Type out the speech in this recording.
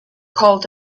called